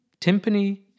timpani